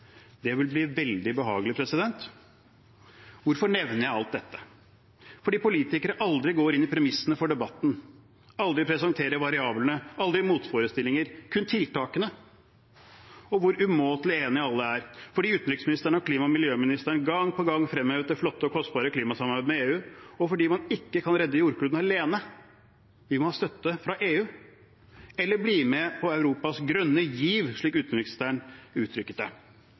Det vil bli veldig behagelig. Hvorfor nevner jeg alt dette? Fordi politikere aldri går inn i premissene for debatten, aldri presenterer variablene, aldri motforestillinger – kun tiltakene og hvor umåtelig enige alle er, fordi utenriksministeren og klima- og miljøministeren gang på gang fremhever det flotte og kostbare klimasamarbeidet med EU, og fordi man ikke kan redde jordkloden alene. Vi må ha støtte fra EU, eller bli med på «Europas grønne giv», slik utenriksministeren uttrykte det.